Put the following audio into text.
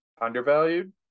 Undervalued